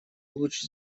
луч